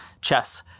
chess